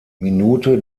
minute